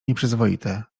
nieprzyzwoite